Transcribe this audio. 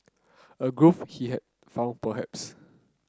a groove he had found perhaps